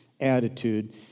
attitude